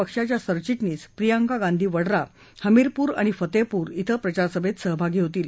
पक्षाच्या सरचिटणीस प्रियंका गाधी वड्रा हमीरपूर आणि फतेहपूर ओं प्रचारसभेत सहभागी होतील